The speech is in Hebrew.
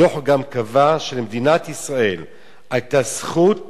הדוח גם קבע שלמדינת ישראל היתה זכות